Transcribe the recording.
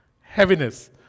heaviness